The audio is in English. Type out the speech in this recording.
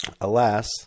Alas